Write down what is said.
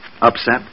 Upset